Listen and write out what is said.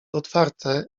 otwarte